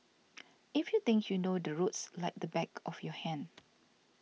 if you think you know the roads like the back of your hand